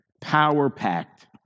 power-packed